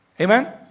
Amen